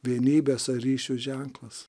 vienybės ar ryšio ženklas